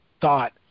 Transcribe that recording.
thought